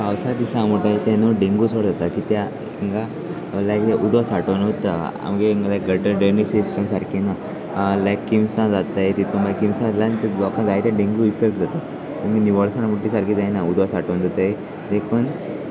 पावसा दिसा म्हणुटााय तें न्हू डेंगू सोड जाता कित्याक हिंगा लायक उदो सांठोवन वता आमगे लायक ड्रेनीज सिटम सारकी ना लायक किमसां जाताय तितूंत मागीर किमसांतल्यान लोकांक जाय तें डेंगू इफेक्ट जाता निवळसाण म्हणटी सारकी जायना उदक सांठोवन दवरताय देखून